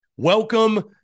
Welcome